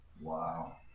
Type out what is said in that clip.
wow